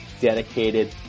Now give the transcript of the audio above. dedicated